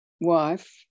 wife